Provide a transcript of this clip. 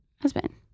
husband